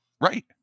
Right